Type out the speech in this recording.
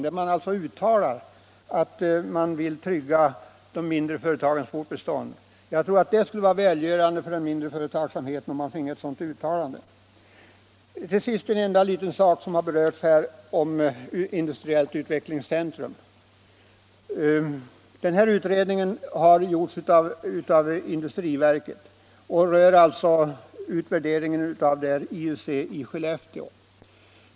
Riksdagen bör alltså uttala att vi vill trygga de mindre företagens fortbestånd. Jag tror att det skulle vara stimulerande för den mindre företagsamheten om den finge ett sådant uttalande. Å Till sist vill jag säga något om industriella utvecklingscentra, som berörts här i utskottsbetänkandet och där jag är motionär. Den utredning som skett har gjorts av industriverket och berör utvärderingen av IUC i Skellefteå.